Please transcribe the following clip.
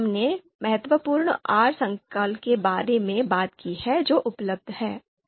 हमने महत्वपूर्ण आर संकुल के बारे में बात की है जो उपलब्ध हैं